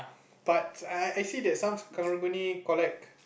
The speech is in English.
but I I see that some company collect